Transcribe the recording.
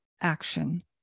action